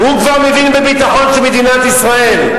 הוא כבר מבין בביטחון של מדינת ישראל.